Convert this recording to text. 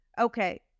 Okay